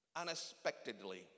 Unexpectedly